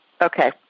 Okay